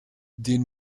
den